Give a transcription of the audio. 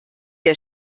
der